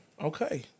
Okay